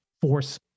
force